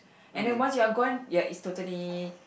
and then once you're gone ya it's totally